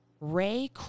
Ray